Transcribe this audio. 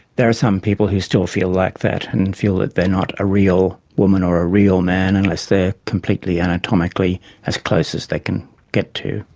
there are some people who still feel like that and and feel that they're not a real woman or a real man unless they're completely anatomically as close as they can get to,